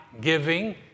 giving